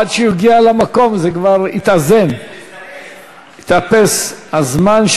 עד שהוא הגיע למקום כבר התאזן, התאפס, הזמן.